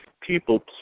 People